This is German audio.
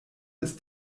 ist